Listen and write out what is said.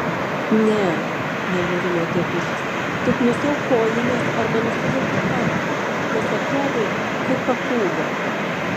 ne nenurimo tėtušis tik nusiauk kojines arba nusivilk švarką nes atrodai kaip papūga